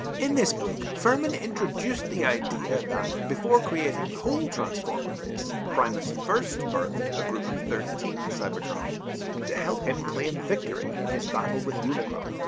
in this book, furman introduced the idea that, before creating the whole transformer race, primus first birthed a group of thirteen cybertronians to help him claim victory in his battle with unicron.